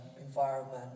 environment